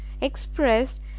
expressed